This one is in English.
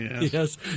Yes